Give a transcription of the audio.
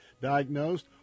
diagnosed